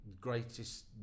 greatest